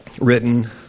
written